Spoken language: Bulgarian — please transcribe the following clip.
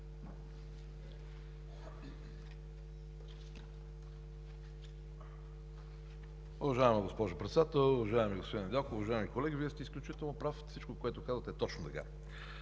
Уважаема госпожо Председател, уважаеми господин Недялков, уважаеми колеги! Вие сте изключително прав. Всичко, което казвате, е точно така.